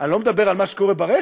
אני לא מדבר על מה שקורה ברשת,